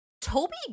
Toby